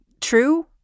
true